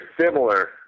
similar